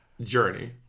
journey